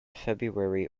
february